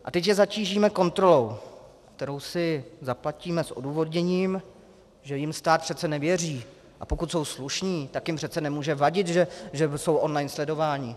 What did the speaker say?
A teď je zatížíme kontrolou, kterou si zaplatíme s odůvodněním, že jim stát přece nevěří, a pokud jsou slušní, tak jim přece nemůže vadit, že jsou online sledováni.